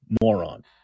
moron